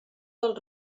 del